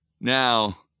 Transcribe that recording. Now